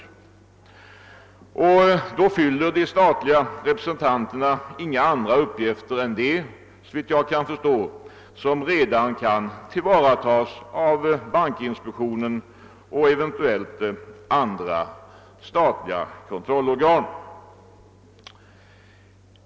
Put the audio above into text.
Då fyller de statliga representanterna såvitt jag kan förstå inga andra uppgifter än dem som redan kan tillvaratas av bankinspektionen och eventuella andra statliga kontrollorgan.